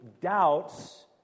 doubts